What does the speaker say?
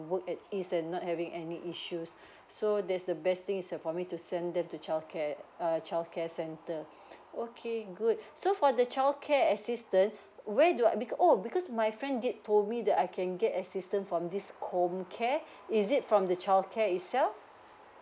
work at ease and not having any issues so that's the best thing is err for me to send them to childcare err childcare center okay good so for the childcare assistance where do bec~ oh because my friend did told me that I can get assistance from this comcare is it from the childcare itself